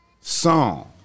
song